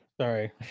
Sorry